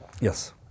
Yes